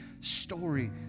story